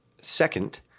Second